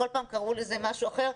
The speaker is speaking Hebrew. כל פעם קראו לזה משהו אחר,